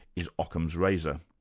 is ockham's razor.